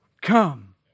come